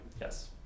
Yes